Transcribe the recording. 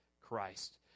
Christ